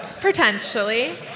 Potentially